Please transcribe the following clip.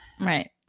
Right